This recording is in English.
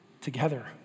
together